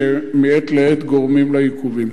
שמעת לעת גורמים לעיכובים?